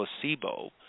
placebo